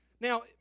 Now